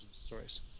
stories